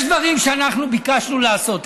יש דברים שאנחנו ביקשנו לעשות,